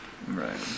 right